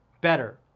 better